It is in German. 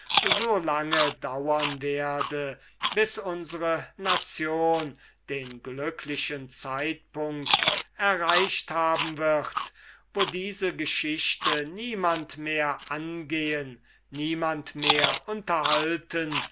so lange dauren werde bis unsre nation den glücklichen zeitpunkt erreicht haben wird wo diese geschichte niemand mehr angehen niemand mehr unterhalten